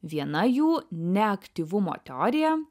viena jų neaktyvumo teorija